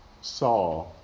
saw